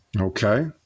Okay